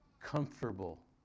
comfortable